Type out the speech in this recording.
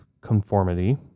Conformity